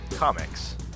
Comics